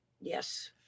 Yes